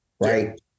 Right